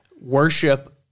worship